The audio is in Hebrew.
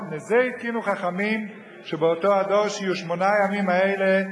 ומפני זה התקינו חכמים שבאותו הדור שיהיו שמונה הימים האלה,